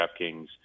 DraftKings